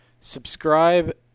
subscribe